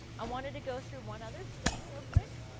i wanted to go through one other thing real quick.